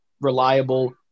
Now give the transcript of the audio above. reliable